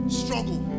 struggle